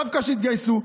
דווקא שיתגייסו,